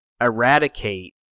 eradicate